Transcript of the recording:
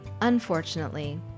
Unfortunately